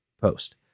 post